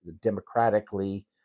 democratically